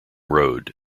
road